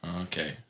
Okay